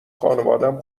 خانوادم